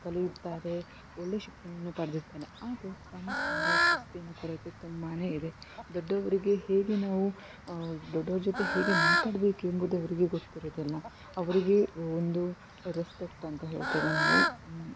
ಕಲಿಯುತ್ತಾರೆ ಒಳ್ಳೆಯ ಶಿಕ್ಷಣವನ್ನು ಪಡೆದಿರ್ತಾರೆ ಆದರೆ ಸಂಸ್ಕಾರ ಶಿಸ್ತಿನ ಕೊರತೆ ತುಂಬಾ ಇದೆ ದೊಡ್ಡವರಿಗೆ ಹೇಗೆ ನಾವು ದೊಡ್ಡೋವ್ರ ಜೊತೆ ಹೇಗೆ ಮಾತಾಡಬೇಕೆಂಬುದೇ ಅವರಿಗೆ ಗೊತ್ತಿರೋದಿಲ್ಲ ಅವರಿಗೆ ಒಂದು ರೆಸ್ಪೆಕ್ಟ್ ಅಂತ ಹೇಳ್ತೇವೆ ನಾವು